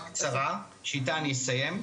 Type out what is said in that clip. קצרה שאיתה אני אסיים.